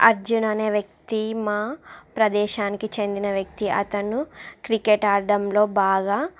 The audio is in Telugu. అర్జున్ అనే వ్యక్తి మా ప్రదేశానికి చెందిన వ్యక్తి అతను క్రికెట్ ఆడడంలో బాగా